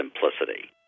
simplicity